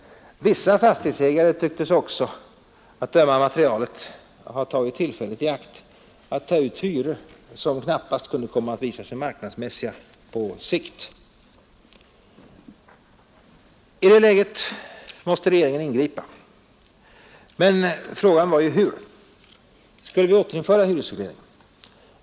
Vissa fastighetsägare tycktes också att döma av materialet ha tagit tillfället i akt att ta ut hyror som knappast skulle visa sig marknadsmässiga på sikt. I det läget måste regeringen ingripa. Men frågan var hur. Skulle vi återinföra hyresregleringen?